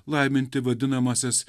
laiminti vadinamąsias